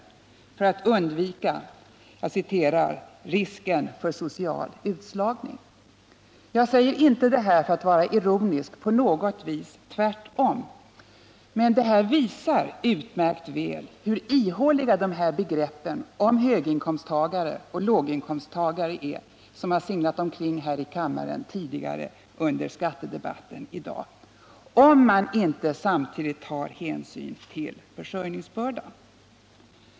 för att undvika ”risken för social utslagning”. Jag säger inte det här för att vara ironisk, tvärtom. Men det visar utmärkt väl hur ihåliga begrepp som höginkomsttagare och låginkomsttagare är, som har singlat omkring här i kammaren tidigare under skattedebatten, om man inte samtidigt tar hänsyn till försörjningsbördan.